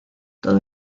todo